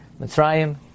Mitzrayim